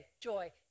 Joy